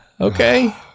Okay